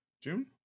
june